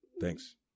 Thanks